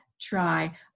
try